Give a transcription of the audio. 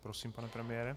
Prosím, pane premiére.